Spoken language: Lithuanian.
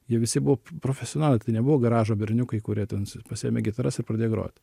jie visi buvo profesionalai tai nebuvo garažo berniukai kurie ten pasiėmė gitaras ir pradė grot